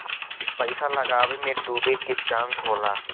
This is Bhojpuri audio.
पइसा लगावे मे डूबे के चांस होला